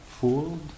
fooled